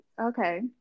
okay